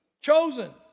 chosen